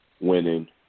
winning